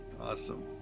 awesome